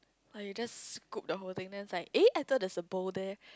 like you just scoop the whole thing then it's like eh I thought there's a bowl there